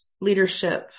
leadership